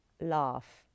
laugh